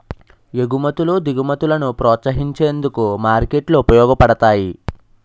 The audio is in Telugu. ఎగుమతులు దిగుమతులను ప్రోత్సహించేందుకు మార్కెట్లు ఉపయోగపడతాయి